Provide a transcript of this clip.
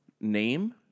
name